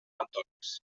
bentònics